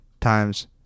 times